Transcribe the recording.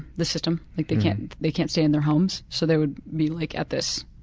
the system. like they can't they can't stay in their homes, so they would be like at this